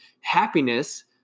happiness